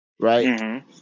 right